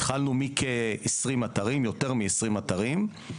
התחלנו ביותר מ-20 אתרים.